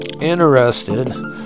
interested